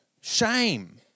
shame